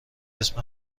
اسم